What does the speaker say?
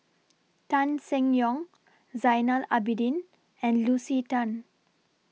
Tan Seng Yong Zainal Abidin and Lucy Tan